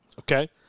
Okay